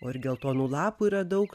ir geltonų lapų yra daug